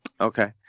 Okay